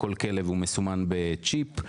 כל כלב מסומן בצ'יפ,